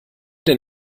denn